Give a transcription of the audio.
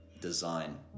design